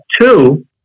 two